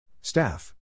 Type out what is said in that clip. Staff